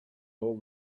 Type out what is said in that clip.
all